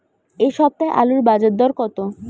এ সপ্তাহে আলুর বাজার দর কত?